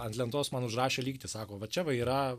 ant lentos man užrašė lygtį sako va čia va yra